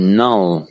null